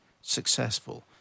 successful